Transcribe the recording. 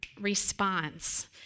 response